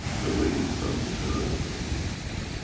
the way it's done in the rest of universe?